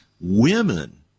women